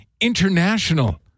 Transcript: International